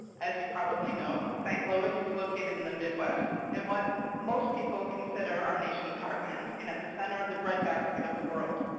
as you probably know, st. louis is located in the midwest, in what most people consider our nation's heartland, and at the center of the breadbasket of the world.